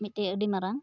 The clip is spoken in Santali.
ᱢᱤᱫᱴᱮᱱ ᱟᱹᱰᱤ ᱢᱟᱨᱟᱝ